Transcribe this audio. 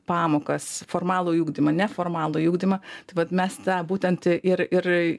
pamokas formalųjį ugdymą neformalųjį ugdymą tai vat mes tą būtent ir ir